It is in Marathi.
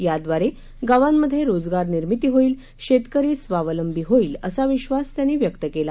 याद्वारे गावांमध्ये रोजगार निर्मिती होईल शेतकरी स्वावलंबी होईल असा विश्वास त्यांनी व्यक्त केला